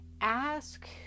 ask